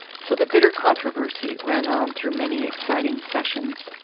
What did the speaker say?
so the bitter controversy ran on through many exciting sessions.